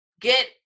Get